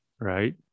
right